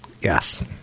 Yes